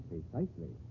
Precisely